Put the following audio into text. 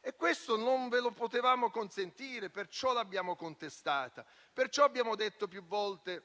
e questo non ve lo potevamo consentire, perciò l'abbiamo contestato. Per questo abbiamo detto più volte: